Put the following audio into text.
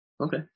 okay